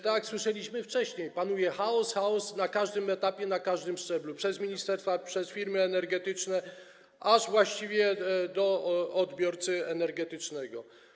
Tak jak słyszeliśmy wcześniej: panuje chaos, chaos na każdym etapie, na każdym szczeblu - poprzez ministerstwa, firmy energetyczne, aż właściwie po odbiorcę energetycznego.